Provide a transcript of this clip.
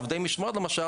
עובדי משמרות למשל,